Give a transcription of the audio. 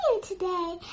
Today